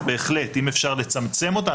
אז בהחלט אם אפשר לצמצם אותה,